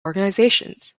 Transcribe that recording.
organizations